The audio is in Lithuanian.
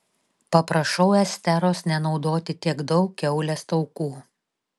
paprašau esteros nenaudoti tiek daug kiaulės taukų